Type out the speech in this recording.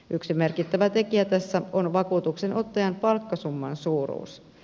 yksi merkittävä tekijä tässä on vakuutuksenottajan palkkasumman suuruus